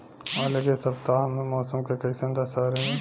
अलगे सपतआह में मौसम के कइसन दशा रही?